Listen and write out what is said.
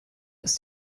ist